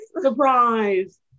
Surprise